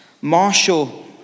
Marshal